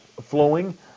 flowing